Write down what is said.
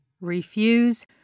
Refuse